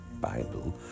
Bible